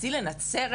תיסעי לנצרת?